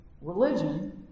religion